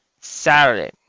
Saturday